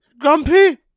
grumpy